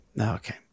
Okay